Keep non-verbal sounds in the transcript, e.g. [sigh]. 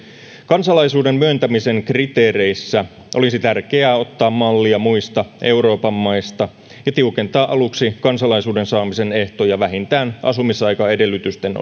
kansalaisuuden myöntämisen kriteereissä olisi tärkeää ottaa mallia muista euroopan maista ja tiukentaa aluksi kansalaisuuden saamisen ehtoja vähintään asumisaikaedellytysten [unintelligible]